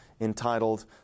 entitled